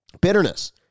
Bitterness